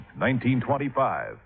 1925